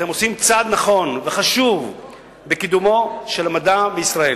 אתם עושים צעד נכון וחשוב בקידומו של המדע בישראל.